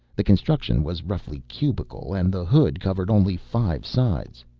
the construction was roughly cubical, and the hood covered only five sides.